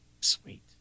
Sweet